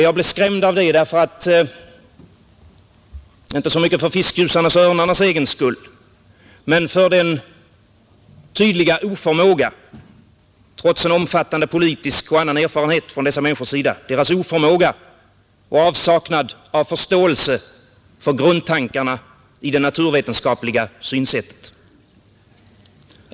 Jag blev skrämd av det inte så mycket för fiskgjusarnas och örnarnas egen skull, utan av den tydliga oförmågan hos dessa människor — trots deras omfattande politiska och annan erfarenhet — att förstå grundtankarna i det naturvetenskapliga synsättet.